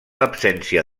absència